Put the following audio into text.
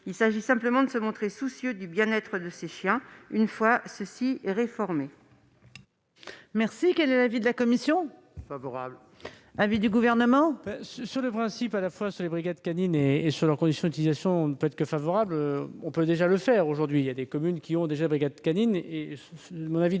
Il s'agit simplement de se montrer soucieux du bien-être de ces chiens, une fois ceux-ci réformés.